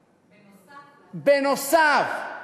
נוסף,